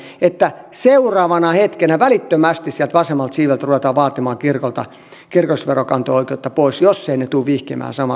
minä väitän että seuraavana hetkenä välittömästi sieltä vasemmalta siiveltä ruvetaan vaatimaan kirkolta kirkollisveronkanto oikeutta pois jos he eivät tule vihkimään samaa sukupuolta olevia henkilöitä